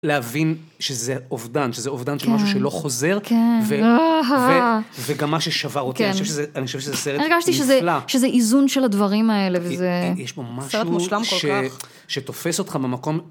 להבין שזה אובדן, שזה אובדן של משהו שלא חוזר. כן, ו... וגם מה ששבר אותי, אני חושב שזה סרט נפלא. אני הרגשתי שזה איזון של הדברים האלה, וזה... סרט מושלם כל כך. יש פה משהו ש, משהו שתופס אותך במקום כל כך...